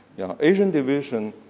yeah. asian division